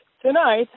Tonight